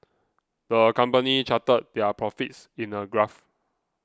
the company charted their profits in a graph